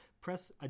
press